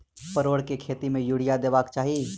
परोर केँ खेत मे यूरिया देबाक चही?